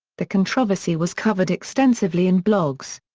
the controversy was covered extensively in blogs.